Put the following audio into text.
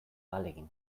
ahalegin